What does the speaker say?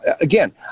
again